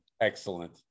Excellent